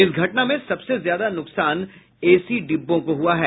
इस घटना में सबसे ज्यादा नुकसान एसी डिब्बों को हुआ है